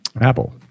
Apple